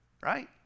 Right